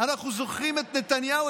אנחנו זוכרים את נתניהו,